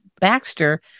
Baxter